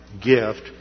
gift